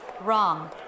Wrong